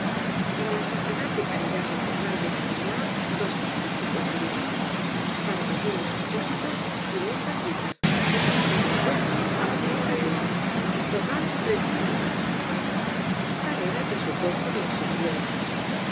para la sociedad de caridad maternal de draguiñan doscientas cincuenta libras para los niños espósitos quinientas libras para los huérfanos quinientas libras totai tres mil libras tal era el presupuesto de m myriel